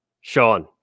Sean